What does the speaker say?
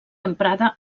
emprada